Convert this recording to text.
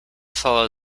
follow